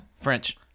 French